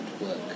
work